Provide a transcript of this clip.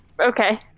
Okay